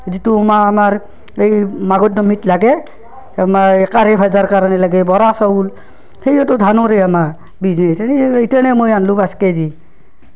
যিটো মাহ আমাৰ এই মাঘৰ দোমহীত লাগে আমাৰ এই কাৰে ভাজাৰ কাৰণে লাগে বৰা চাউল সেইও ত' ধানৰে আমাৰ বিজনেছ হেৰি ইতেনে মই আনলু পাঁচ কেজি